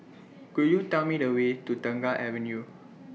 Could YOU Tell Me The Way to Tengah Avenue